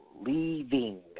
leaving